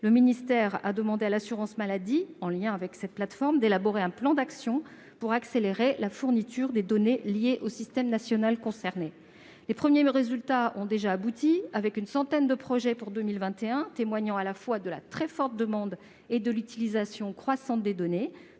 Le ministère a demandé à l'assurance maladie, en lien avec cette plateforme, d'élaborer un plan d'action pour accélérer la fourniture des données liées au système national concerné. Les premiers résultats sont déjà là, avec une centaine de projets pour 2021, témoignant à la fois de la très forte demande et de l'utilisation croissante des données.